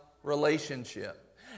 relationship